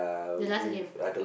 the last game